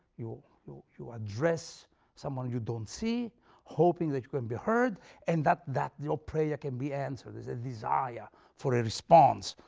you know you address someone you don't see hoping that you can be heard and that that your prayer can be answered is a desire for a response.